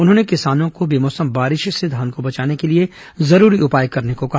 उन्होंने किसानों को बेमौसम बारिश से धान को बचाने के लिए जरूरी उपाय करने को कहा